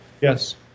yes